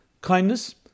kindness